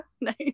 Nice